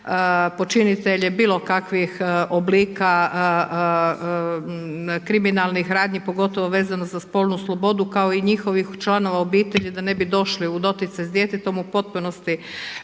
počinitelje, bilo kakvih oblika, kriminalnih radnji, pogotovo vezano za spolnu slobodu, kao i njihovih članova obitelji, da ne bi došli u doticaj s djetetom, u potpunosti